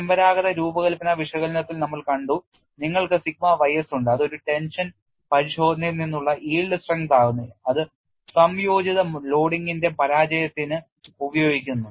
പരമ്പരാഗത രൂപകൽപ്പന വിശകലനത്തിൽ നമ്മൾ കണ്ടു നിങ്ങൾക്ക് സിഗ്മ ys ഉണ്ട് അത് ഒരു ടെൻഷൻ പരിശോധനയിൽ നിന്നുള്ള yield strength ആകുന്നുഅത് സംയോജിത ലോഡിംഗിന്റെ പരാജയത്തിന് ഉപയോഗിക്കുന്നു